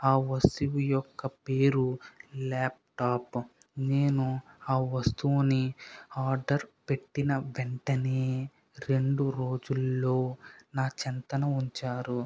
ఆ వస్తువు యొక్కపేరు ల్యాప్టాప్ నేను ఆ వస్తువుని ఆర్డర్ పెట్టిన వెంటనే రెండు రోజుల్లో నా చెంతన ఉంచారు